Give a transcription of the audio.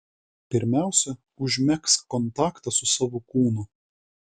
pirmiausia užmegzk kontaktą su savo kūnu